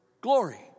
glory